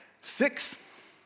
Six